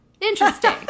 interesting